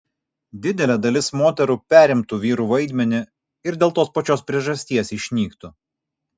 didelė dalis moterų perimtų vyrų vaidmenį ir dėl tos pačios priežasties išnyktų